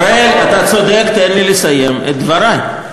אראל, אתה צודק, תן לי לסיים את דברי.